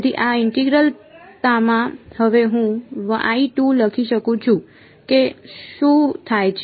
તેથી આ ઇન્ટિગ્રલ તામાં હવે હું લખી શકું છું કે શું થાય છે